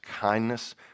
kindness